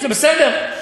זה בסדר.